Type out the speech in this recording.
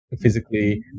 physically